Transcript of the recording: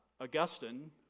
Augustine